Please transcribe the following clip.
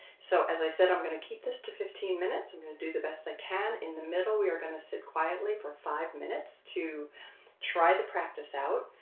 so as i said, i'm going to keep this to fifteen minutes. i'm going to do the best i can in the middle. we are going to sit quietly for five minutes to try the practice out.